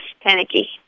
panicky